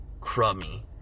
crummy